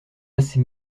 assez